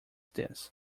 this